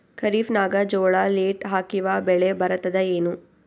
ಖರೀಫ್ ನಾಗ ಜೋಳ ಲೇಟ್ ಹಾಕಿವ ಬೆಳೆ ಬರತದ ಏನು?